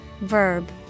verb